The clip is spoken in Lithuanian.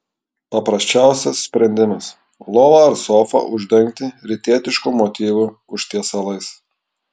paprasčiausias sprendimas lovą ar sofą uždengti rytietiškų motyvų užtiesalais